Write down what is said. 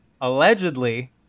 allegedly